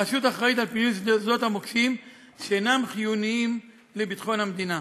הרשות אחראית על פינוי שדות המוקשים שאינם חיוניים לביטחון המדינה.